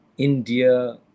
India